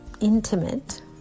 intimate